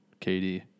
KD